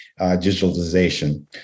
digitalization